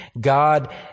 God